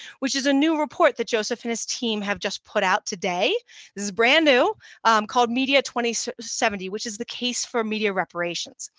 which is a new report that joseph and his team have just put out today. this is brand new called media twenty so seventy, which is the case for media reparations.